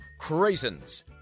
craisins